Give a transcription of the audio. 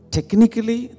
Technically